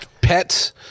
Pets